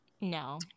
No